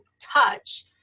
touch